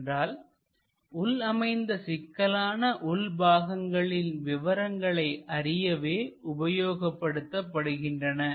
என்றால் உள்ள அமைந்துள்ள சிக்கலான உள் பாகங்களின் விவரங்களை அறியவே உபயோகப்படுத்தப்படுகின்றன